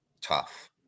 tough